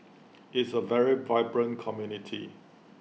is A very vibrant community